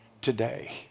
today